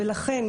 ולכן,